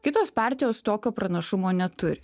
kitos partijos tokio pranašumo neturi